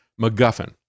MacGuffin